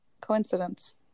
coincidence